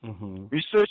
research